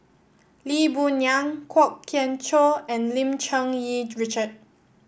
Lee Boon Yang Kwok Kian Chow and Lim Cherng Yih Richard